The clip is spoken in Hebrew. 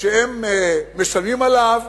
שהם משלמים עליו,